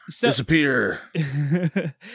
Disappear